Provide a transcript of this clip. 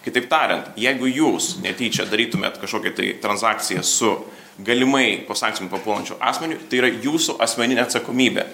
kitaip tariant jeigu jūs netyčia darytumėt kažkokią tai tranzakciją su galimai po sankcijom papuolančiu asmeniu tai yra jūsų asmeninė atsakomybė